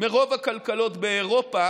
מרוב הכלכלות באירופה